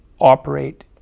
operate